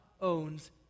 owns